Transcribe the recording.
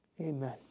Amen